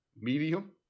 Medium